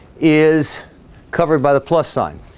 is covered by the plus sign